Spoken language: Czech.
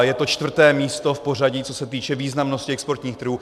Je to čtvrté místo v pořadí, co se týče významnosti exportních trhů.